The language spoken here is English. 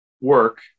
work